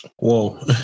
Whoa